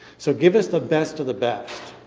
so give us the best of the best,